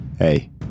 Hey